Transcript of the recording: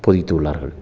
பொய்த்து உள்ளார்கள்